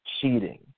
cheating